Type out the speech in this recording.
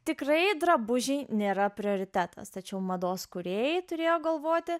tikrai drabužiai nėra prioritetas tačiau mados kūrėjai turėjo galvoti